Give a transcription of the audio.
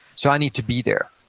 so i need to be there.